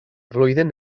flwyddyn